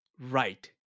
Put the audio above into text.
right